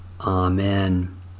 Amen